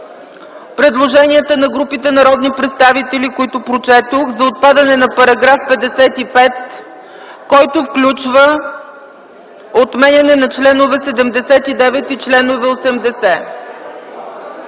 предложенията на групите народни представители, които прочетох – за отпадане на § 55, който включва отмяна на чл. 79 и 80.